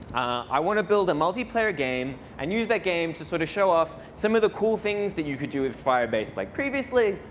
i want to build a multiplayer game and use that game to so to show off some of the cool things that you could do with firebase like previously,